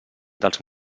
dels